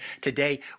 Today